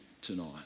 tonight